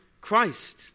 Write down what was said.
Christ